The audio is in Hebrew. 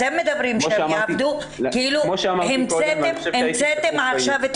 אתם מדברים שהן יעבדו כאילו המצאתם עכשיו את